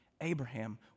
Abraham